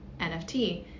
NFT